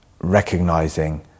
recognizing